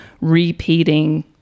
repeating